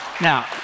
Now